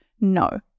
no